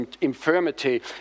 infirmity